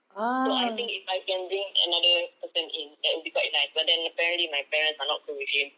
so I think if I can bring another person in like it will be quite nice but then apparently my parents are not cool with him